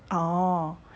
orh